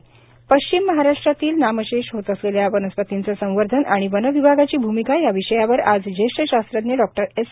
वन्यजीव सप्ताह पश्चिम महाराष्ट्रातील नामशेष होत असलेल्या वनस्पतींच संवर्धन आणि वन विभागाची भूमिका या विषयावर आज ज्येष्ठ शास्त्रज्ञ डॉक्टर एस